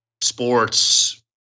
sports